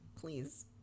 Please